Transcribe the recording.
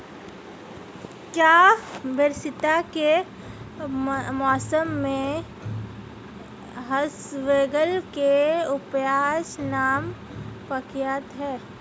क्या बरसात के मौसम में इसबगोल की उपज नमी पकड़ती है?